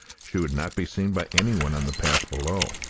she would not be seen by anyone on the path below.